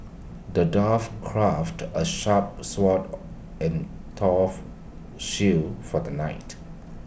the dwarf crafted A sharp sword and tough shield for the knight